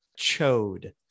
chode